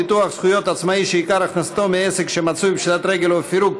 ביטוח זכויות עצמאי שעיקר הכנסתו מעסק שמצוי בפשיטת רגל או בפירוק),